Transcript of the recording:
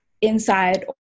inside